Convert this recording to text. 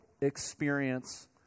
experience